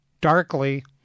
darkly